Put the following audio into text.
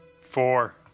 four